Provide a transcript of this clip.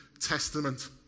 Testament